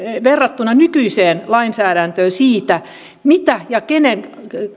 verrattuna nykyiseen lainsäädäntöön siitä mitä ja kenen